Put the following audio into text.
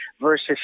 versus